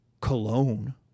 Cologne